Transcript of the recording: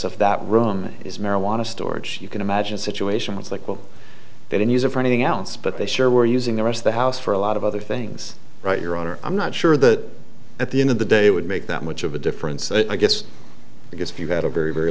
of that room is marijuana storage you can imagine situations like well they don't use it for anything else but they sure were using the rest of the house for a lot of other things right your honor i'm not sure that at the end of the day it would make that much of a difference i guess because if you've got a very very